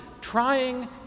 trying